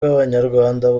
bw’abanyarwanda